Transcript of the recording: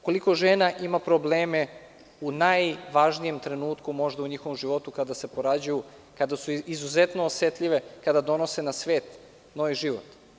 Koliko žena ima problema u najvažnijem trenutku u njihovom životu, kada se porađaju, kada su izuzetno osetljivo, kada donose na svet novi život?